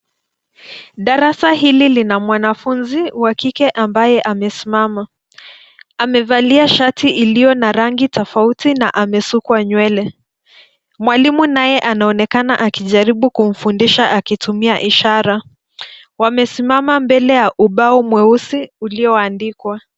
Darasa hili lina mwanafunzi wa kike ambaye amesimama. Amevalia shati iliyo na rangi tofauti na amesukwa nywele. Mwalimu naye anaonekana akijaribu kumfundisha akitumia ishara. Wamesimama mbele ya ubao mweusi ulioandikwa.